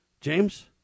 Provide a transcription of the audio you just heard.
James